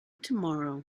tomorrow